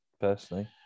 personally